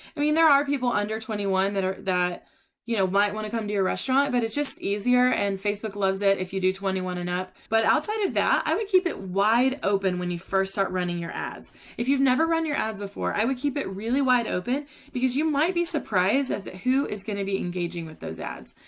i mean there are people under twenty one that are that you know might. want to come to a restaurant but it's just easier and. facebook loves it if you twenty one and up but outside of that i would keep it wide open when you first start running. your ads if you've never run your ads before i would keep. it really wide open because you might be surprised as to. who is going to be engaging with those ads.